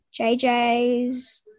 JJ's